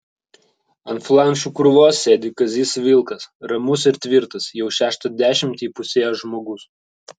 ant flanšų krūvos sėdi kazys vilkas ramus ir tvirtas jau šeštą dešimtį įpusėjęs žmogus